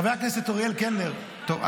חבר הכנסת אוריאל קלנר טוב,